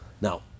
Now